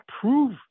prove